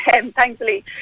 thankfully